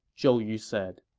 zhou yu said